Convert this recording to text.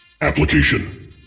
Application